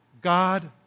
God